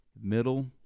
Middle